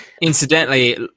Incidentally